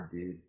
dude